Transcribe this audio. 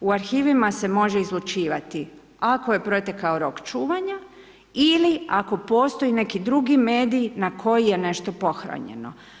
U arhivima se može izlučivati ako je protekao rok čuvanja ili ako postoji neki drugi mediji na koji je nešto pohranjeno.